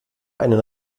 einen